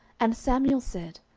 and samuel said,